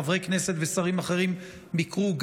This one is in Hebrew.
וגם חברי כנסת ושרים אחרים ביקרו,